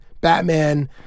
Batman